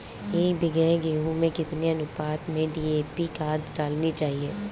एक बीघे गेहूँ में कितनी अनुपात में डी.ए.पी खाद डालनी चाहिए?